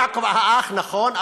יעקב האח, נכון.